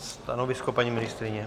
Stanovisko paní ministryně?